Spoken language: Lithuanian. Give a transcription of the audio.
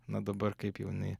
na dabar kaip jau jinai